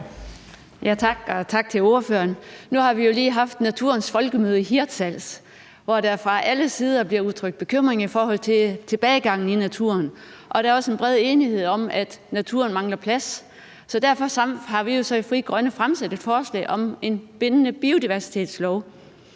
: Tak. Og tak til ordføreren. Nu har vi jo lige haft naturens folkemøde i Hirtshals, hvor der fra alle sider blev udtrykt bekymring i forhold til tilbagegangen i naturen. Og der er også en bred enighed om, at naturen mangler plads. Derfor har vi jo i Frie Grønne fremsat et forslag om en bindende biodiversitetslov